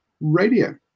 Radio